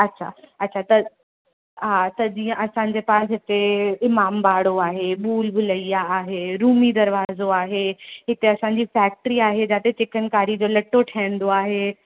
अच्छा अच्छा त हा त जीअं असांजे पास हिते इमाम बाड़ो आहे भूल भुलैया आहे रुमी दरवाज़ो आहे हिते असांजी फैक्ट्री आहे जाते चिकनकारी जो लटो ठहंदो आहे